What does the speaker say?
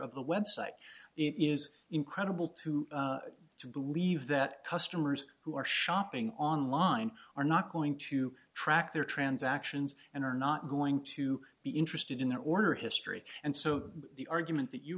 of the website it is incredible to me to believe that customers who are shopping online are not going to track their transactions and are not going to be interested in an order history and so the argument that you